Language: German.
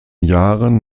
jahren